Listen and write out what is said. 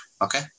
Okay